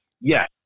yes